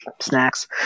snacks